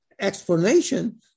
explanation